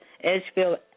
Edgefield